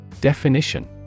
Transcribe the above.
Definition